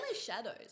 shadows